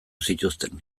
zituzten